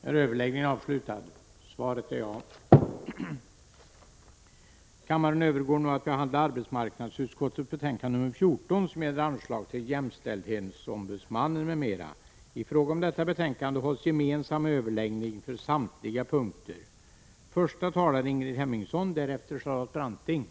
Fru talman! Jag kan bara konstatera att folkpartiet tydligen väljer att fortsätta att sticka huvudet i sanden och förtiga alla länders samröre med Sydafrika, inkl. Israels, i stället för att sammantaget fördöma allt sådant samröre. Kammaren övergick till att debattera socialutskottets betänkande 36 om vissa anslag till omsorg om barn och ungdom. I fråga om detta betänkande skulle debatten vara gemensam för samtliga punkter.